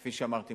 כפי שאמרתי,